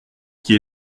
qui